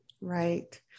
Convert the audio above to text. Right